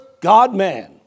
God-man